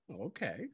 Okay